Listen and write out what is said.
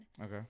Okay